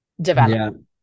develop